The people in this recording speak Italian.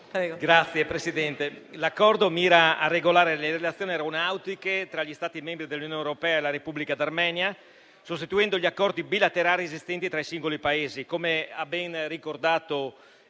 Signor Presidente, l'Accordo mira a regolare le relazioni aeronautiche tra gli Stati membri dell'Unione europea e la Repubblica d'Armenia, sostituendo gli accordi bilaterali esistenti tra i singoli Paesi.